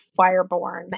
Fireborn